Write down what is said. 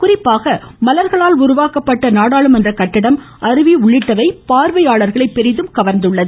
குறிப்பாக மலர்களால் உருவாக்கப்பட்ட நாடாளுமன்ற கட்டடம் அருவி உள்ளிட்டவை பார்வையாளர்களை பெரிதும் கவர்ந்தது